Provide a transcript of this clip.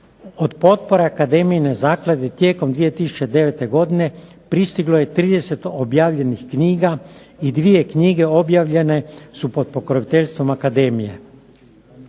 Od potpora akademijinoj zakladi tijekom 2009. godine pristiglo je 30 objavljenih knjiga i dvije knjige objavljenje su pod pokroviteljstvom akademije.